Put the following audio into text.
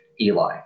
Eli